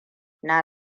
na